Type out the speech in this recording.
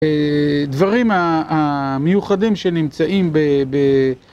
דברים המיוחדים שנמצאים ב...